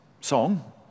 song